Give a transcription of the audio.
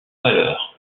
valeur